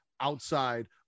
outside